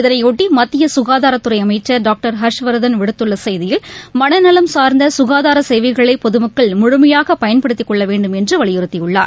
இதனைபொட்டி மத்திய சுகாதாரத்துறை அமைச்சர் டாக்டர் ஹர்ஷ்வர்தன் விடுத்துள்ள செய்தியில் மனநலம் சா்ந்த சுகாதார சேவைகளை பொதுமக்கள் முழுமையாக பயன்படுத்தி கொள்ள வேண்டும் என்று வலியுறுத்தியுள்ளார்